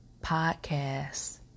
podcast